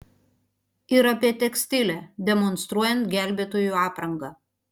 ir apie tekstilę demonstruojant gelbėtojų aprangą